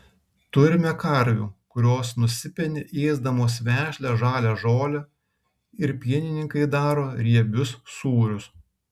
turime karvių kurios nusipeni ėsdamos vešlią žalią žolę ir pienininkai daro riebius sūrius